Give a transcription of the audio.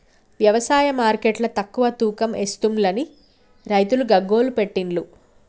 వ్యవసాయ మార్కెట్ల తక్కువ తూకం ఎస్తుంలని రైతులు గగ్గోలు పెట్టిన్లు